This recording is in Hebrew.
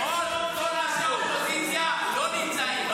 ------ אנשי האופוזיציה לא נמצאים.